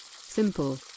simple